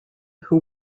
who